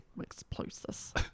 explosives